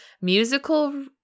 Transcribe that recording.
musical